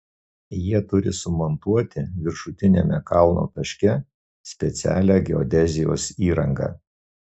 jie turi sumontuoti viršutiniame kalno taške specialią geodezijos įrangą